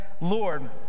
Lord